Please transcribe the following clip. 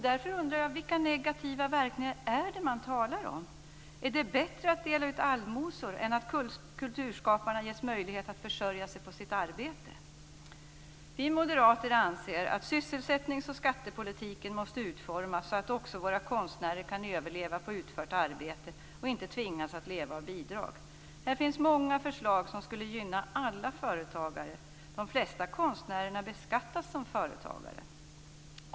Därför undrar jag vilka negativa verkningar det är som man talar om. Är det bättre att dela ut allmosor än att kulturskaparna ges möjligheter att försörja sig på sitt arbete? Vi moderater anser att sysselsättnings och skattepolitiken måste utformas så att också våra konstnärer kan överleva på utfört arbete och inte tvingas att leva av bidrag. Här finns många förslag som skulle gynna alla företagare - de flesta konstnärer beskattas som företagare.